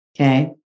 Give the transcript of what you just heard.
Okay